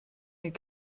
mit